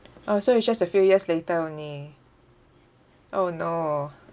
oh so it's just a few years later only oh no